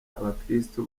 abakristu